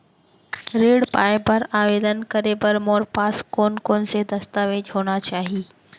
ऋण पाय बर आवेदन करे बर मोर पास कोन कोन से दस्तावेज होना चाही?